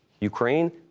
Ukraine